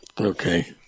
okay